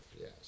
Yes